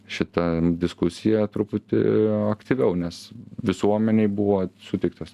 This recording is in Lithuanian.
šitą diskusiją truputį aktyviau nes visuomenei buvo suteiktas